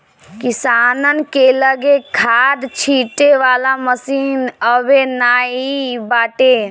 किसानन के लगे खाद छिंटे वाला मशीन अबे नाइ बाटे